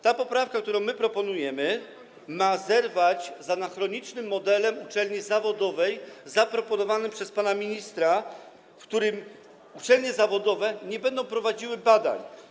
Ta poprawka, którą proponujemy, ma zerwać z anachronicznym modelem uczelni zawodowej zaproponowanym przez pana ministra, w którym uczelnie zawodowe nie będą prowadziły badań.